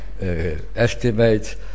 estimates